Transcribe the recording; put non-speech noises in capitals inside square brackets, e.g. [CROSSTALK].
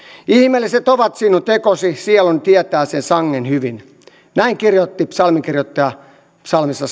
ihmeelliset ovat sinun tekosi sieluni tietää sen sangen hyvin näin kirjoitti psalminkirjoittaja psalmissa [UNINTELLIGIBLE]